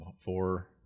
four